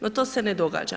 No to se ne događa.